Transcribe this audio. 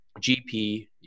gp